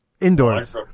indoors